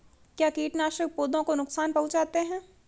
क्या कीटनाशक पौधों को नुकसान पहुँचाते हैं?